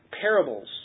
parables